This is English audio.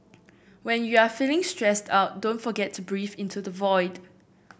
when you are feeling stressed out don't forget to breathe into the void